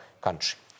country